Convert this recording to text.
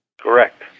Correct